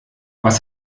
was